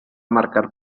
marcar